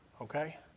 Okay